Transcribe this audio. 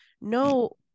no